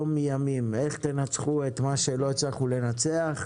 איך תנצחו את מה שלא הצלחנו לנצח?